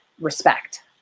respect